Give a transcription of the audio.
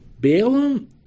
Balaam